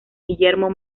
guillermo